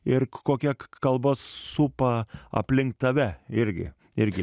ir kokia kalba supa aplink tave irgi irgi